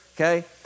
okay